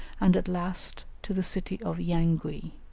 and at last to the city of yangui.